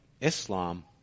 Islam